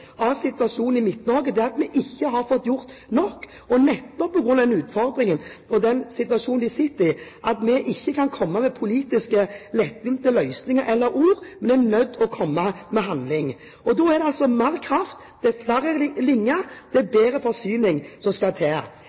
av situasjonen i Midt-Norge og utfordringen der – det at vi ikke har fått gjort nok – at vi ikke kan komme med politiske, lettvinne løsninger eller ord. Vi er nødt til å komme med handling. Og da er det mer kraft, flere linjer og bedre forsyning som skal til.